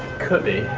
could be.